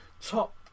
top